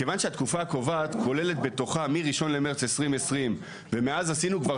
מכיוון שהתקופה הקובעת כוללת בתוכה מ-1 במרס 2020 ומאז עשינו כבר